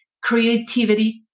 creativity